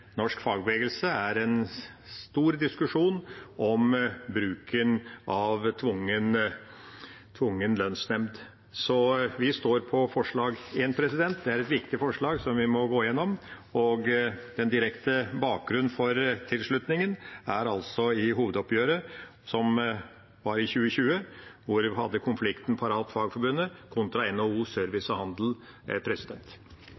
norsk fagbevegelse er en stor diskusjon om bruken av tvungen lønnsnemnd. Så vi står på forslag nr. 1. Det er et viktig forslag som vi må gå igjennom, og den direkte bakgrunnen for tilslutningen er altså hovedoppgjøret i 2020, der en hadde konflikten Parat og Fagforbundet kontra NHO